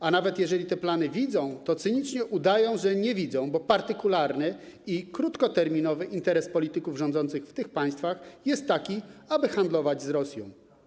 A nawet jeżeli te plany widzą, to cynicznie udają, że nie widzą, bo partykularny i krótkoterminowy interes polityków rządzących w tych państwach jest taki, aby handlować z Rosją.